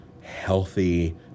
healthy